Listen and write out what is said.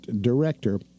director